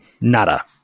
Nada